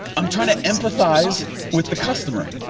i'm trying to empathize with the customer.